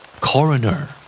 Coroner